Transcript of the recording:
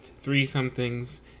three-somethings